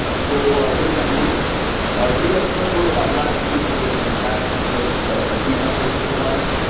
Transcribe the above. so what does that mean? do you guys remember about last week there was an attack against a ah dns service provider?